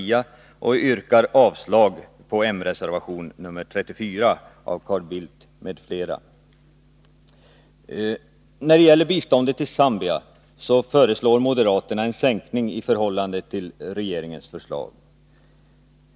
Jag yrkar bifall till utskottets hemställan på denna punkt och avslag på moderatreservationen nr 34 av Carl Bildt m.fl. När det gäller biståndet till Zambia föreslår moderaterna en sänkning i förhållande till regeringens förslag.